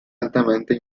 altamente